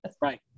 Right